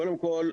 קודם כל,